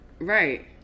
Right